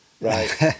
Right